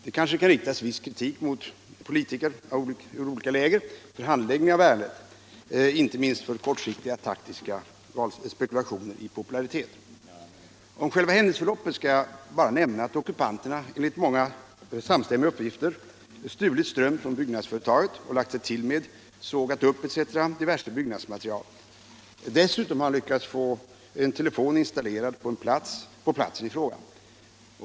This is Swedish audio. Det kanske kan riktas viss kritik mot politiker ur olika läger för handläggningen av ärendet, inte minst för kortsiktiga taktiska spekulationer i popularitet. Om själva händelseförloppet skall jag bara nämna att ockupanterna enligt samstämmiga uppgifter stulit ström från byggnadsföretaget och lagt sig till med, sågat upp etc. diverse byggnadsmaterial. Dessutom har de lyckats installera en telefon på platsen.